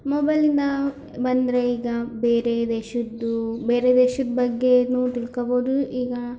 ಮೊಬೈಲಿಂದ ಬಂದರೆ ಈಗ ಬೇರೆ ದೇಶದ್ದು ಬೇರೆ ದೇಶದ ಬಗ್ಗೆಯೂ ತಿಳ್ಕೊಬೋದು ಈಗ